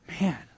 Man